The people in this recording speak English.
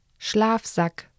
Schlafsack